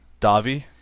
Davi